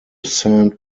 saint